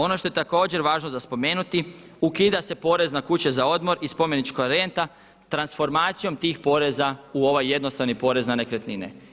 Ono što je također važno za spomenuti, ukida se porez na kuće za odmor i spomenička renta, transformacijom tih poreza u ovaj jednostrani porez na nekretnine.